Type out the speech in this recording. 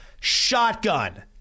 shotgun